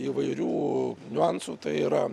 įvairių niuansų tai yra